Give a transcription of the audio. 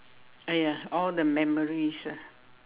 !aiya! all the memories ah